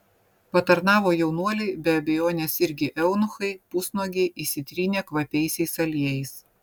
patarnavo jaunuoliai be abejonės irgi eunuchai pusnuogiai išsitrynę kvapiaisiais aliejais